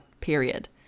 period